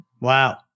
Wow